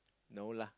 no lah